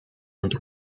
und